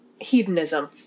Hedonism